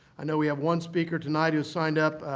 i know we have one speaker tonight who has signed up,